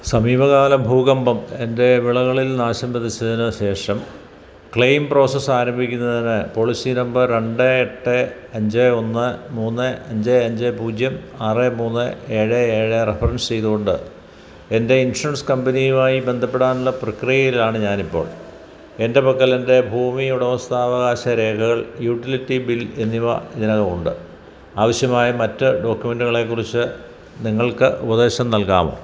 സമീപകാല ഭൂകമ്പം എന്റെ വിളകളിൽ നാശം വിതച്ചതിനു ശേഷം ക്ലെയിം പ്രോസസ്സ് ആരംഭിക്കുന്നതിനു പോളിസീ നമ്പർ രണ്ട് എട്ട് അഞ്ച് ഒന്ന് മൂന്ന് അഞ്ച് അഞ്ച് പൂജ്യം ആറ് മൂന്ന് ഏഴ് ഏഴ് റഫറൻസ് ചെയ്തു കൊണ്ട് എൻ്റെ ഇൻഷുറൻസ് കമ്പനിയുമായി ബന്ധപ്പെടാനുള്ള പ്രക്രിയയിലാണ് ഞാനിപ്പോൾ എന്റെ പക്കലെന്റെ ഭൂമി ഉടമസ്ഥാവകാശ രേഖകൾ യൂട്ടിലിറ്റി ബിൽ എന്നിവ ഇതിനകമുണ്ട് ആവശ്യമായ മറ്റു ഡോക്യുമെൻറ്റുകളേക്കുറിച്ച് നിങ്ങൾക്ക് ഉപദേശം നൽകാമോ